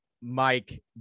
Mike